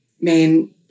main